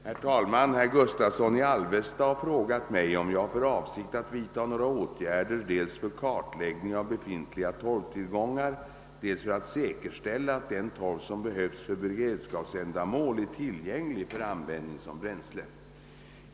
Herr talman! Herr Gustavsson i Alvesta har frågat mig om jag har för avsikt att vidta några åtgärder dels för kartläggning av befintliga torvtillgångar, dels för att säkerställa att den torv som behövs för beredskapsändamål är tillgänglig för användning som bränsle.